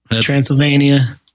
Transylvania